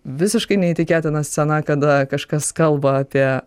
visiškai neįtikėtina scena kada kažkas kalba apie